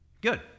Good